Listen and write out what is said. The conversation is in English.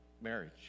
marriage